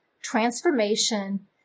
transformation